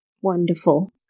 Wonderful